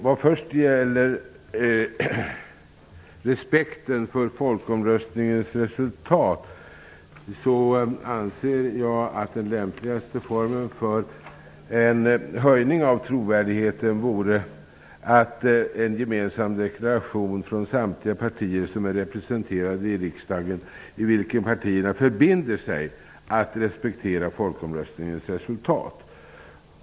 Vad gäller respekten för folkomröstningens resultat anser jag att den lämpligaste formen för en höjning av trovärdigheten vore en gemensam deklaration av samtliga partier som är representerade i riksdagen, i vilken partierna förbinder sig att respektera folkomröstningens resultat.